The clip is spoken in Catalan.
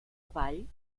avall